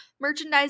merchandise